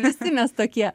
visi mes tokie